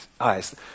Eyes